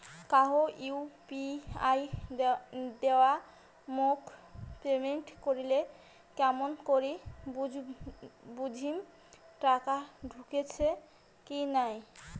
কাহো ইউ.পি.আই দিয়া মোক পেমেন্ট করিলে কেমন করি বুঝিম টাকা ঢুকিসে কি নাই?